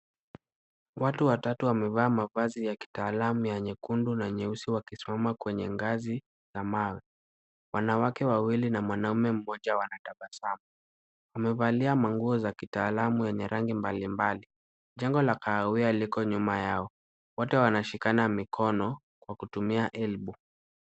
Watu watatu wamevaa mavazi ya kitaalamu ya nyekundu na nyeusi wakisimama kwenye ngazi na mawe. Wanawake wawili na mwanaume mmoja wanatabasamu. Wamevalia manguo ya kitaalamu yenye rangi mbalimbali. Jengo la kahawia liko nyuma yao. Wote wanashikana mikono kwa kutumia elbow .